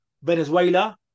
Venezuela